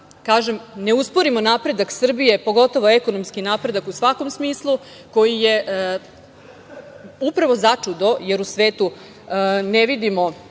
ne usporimo napredak Srbije, pogotovo ekonomski napredak u svakom smislu koji je začudo, jer u svetu ne vidimo